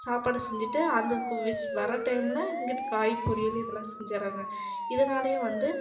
சாப்பாடு செஞ்சுட்டு அதுக்கு விசில் வர டைமில் இங்கிட்டு காய் பொரியல் இதெல்லாம் செஞ்சிடுறாங்க இதனாலேயே வந்து